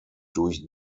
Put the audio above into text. durch